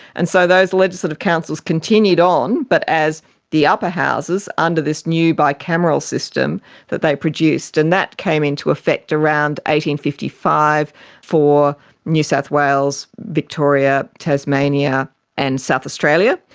and so those legislative councils continued on but as the upper houses under this new bicameral system that they produced, and that came into effect around one fifty five for new south wales, victoria, tasmania and south australia.